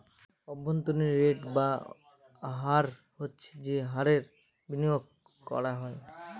অভ্যন্তরীন রেট বা হার হচ্ছে যে হারে বিনিয়োগ করা হয়